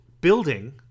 building